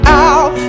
out